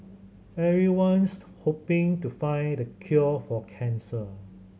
everyone's hoping to find the cure for cancer